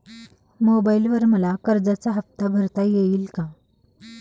मोबाइलवर मला कर्जाचा हफ्ता भरता येईल का?